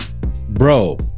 bro